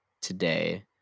today